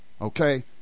okay